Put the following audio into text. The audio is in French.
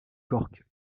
cork